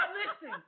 listen